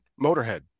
Motorhead